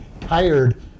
tired